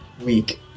Week